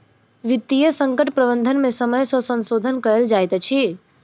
वित्तीय संकट प्रबंधन में समय सॅ संशोधन कयल जाइत अछि